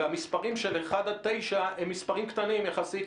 והמספרים של אחד עד תשעה קילומטר הם מספרים קטנים יחסית.